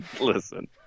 Listen